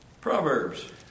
Proverbs